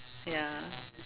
ya